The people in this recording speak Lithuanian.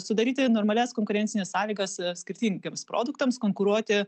sudaryti normalias konkurencines sąlygas skirtingiems produktams konkuruoti